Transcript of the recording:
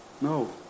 No